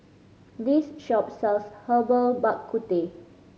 this shop sells Herbal Bak Ku Teh